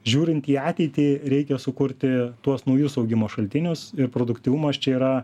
žiūrint į ateitį reikia sukurti tuos naujus augimo šaltinius ir produktyvumas čia yra